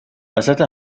وسط